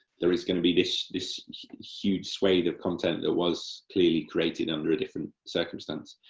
there is going to be this this huge swathe of content that was clearly created under a different circumstance,